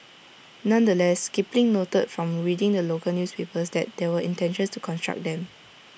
nonetheless Kipling noted from reading the local newspapers that there were intentions to construct them